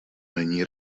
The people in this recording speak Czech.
není